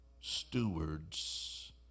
Stewards